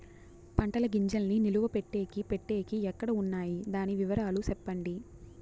పంటల గింజల్ని నిలువ పెట్టేకి పెట్టేకి ఎక్కడ వున్నాయి? దాని వివరాలు సెప్పండి?